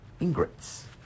ingrates